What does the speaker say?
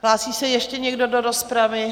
Hlásí se ještě někdo do rozpravy?